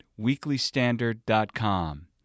weeklystandard.com